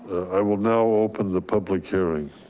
i will now open the public hearings.